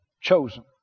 chosen